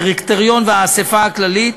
דירקטוריון ואספה כללית.